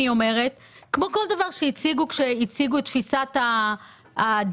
כמו כל דבר שהציגו כשהציגו את תפיסת הדיור,